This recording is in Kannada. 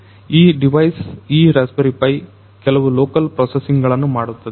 ಈ ಡಿವೈಸ್ ಈ ರಸ್ಪಿಬೆರಿ ಪೈ ಕೆಲವು ಲೋಕಲ್ ಪ್ರೋಸಸಿಂಗ್ ಗಳನ್ನು ಮಾಡುತ್ತದೆ